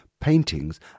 paintings